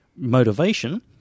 motivation